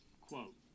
quote